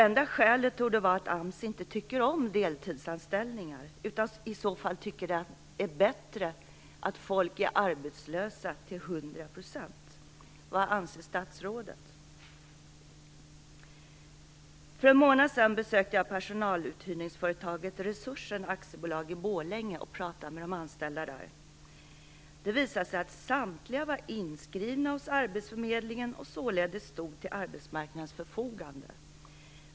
Enda skälet torde vara att AMS inte tycker om deltidsanställningar utan tycker att det är bättre att folk i så fall är arbetslösa till hundra procent. Vad anser statsrådet? För en månad sedan besökte jag personaluthyrningsföretaget Resursen AB i Borlänge och pratade med de anställda där. Det visade sig att samtliga var inskrivna hos arbetsförmedlingen och således stod till arbetsmarknadens förfogande.